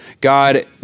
God